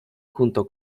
junto